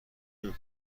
نمی